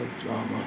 drama